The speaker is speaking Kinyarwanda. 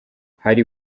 hari